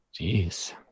Jeez